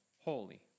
holy